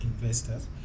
investors